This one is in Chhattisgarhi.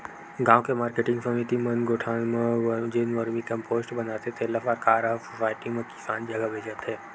गाँव के मारकेटिंग समिति मन गोठान म जेन वरमी कम्पोस्ट बनाथे तेन ल सरकार ह सुसायटी म किसान जघा बेचत हे